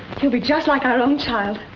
to be just like our own child.